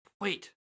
Wait